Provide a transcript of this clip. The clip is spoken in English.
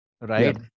right